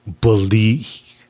believe